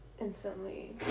instantly